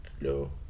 Hello